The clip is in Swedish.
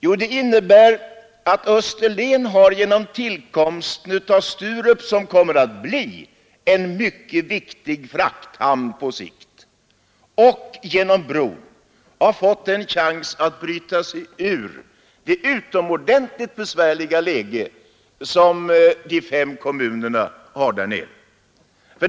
Jo, att de fem kommunerna på Österlen genom tillkomsten av Sturup — som kommer att bli en mycket viktig frakthamn på sikt — och genom bron har fått en chans att bryta sig ur det utomordentligt besvärliga läge som de nu befinner sig i.